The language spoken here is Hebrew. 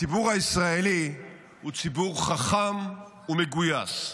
הציבור הישראלי הוא ציבור חכם ומגויס.